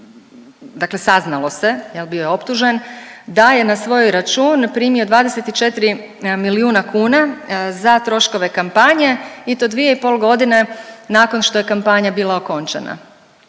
dakle saznalo se, jel' bio je optužen da je na svoj račun primio 24 milijuna kuna za troškove kampanje i to 2 i pol godine nakon što je kampanja bila okončana.